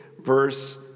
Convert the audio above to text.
verse